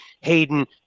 Hayden